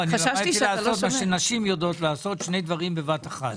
אני למדתי לעשות מה שנשים יודעות לעשות; שני דברים בבת אחת.